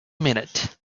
minute